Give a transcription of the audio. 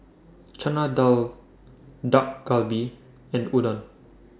Chana Dal Dak Galbi and Udon